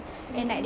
hmm